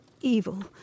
evil